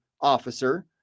Officer